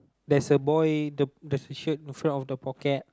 there's a boy there's a shirt in front of the pocket